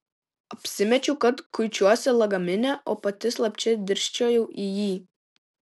apsimečiau kad kuičiuosi lagamine o pati slapčia dirsčiojau į jį